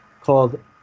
called